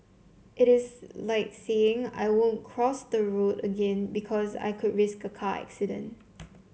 it is like saying I won't cross the road again because I could risk a car accident